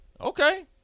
Okay